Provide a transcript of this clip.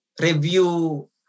review